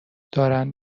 دارند